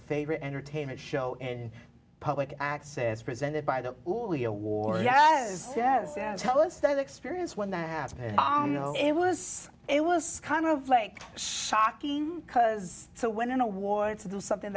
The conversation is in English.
favorite entertainment show and public access presented by the all the awards yes and tell us that experience when that happened it was it was kind of like shocking because so when an award to do something